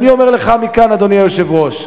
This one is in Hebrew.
ואני אומר לך מכאן, אדוני היושב-ראש,